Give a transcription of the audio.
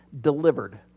delivered